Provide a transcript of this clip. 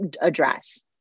address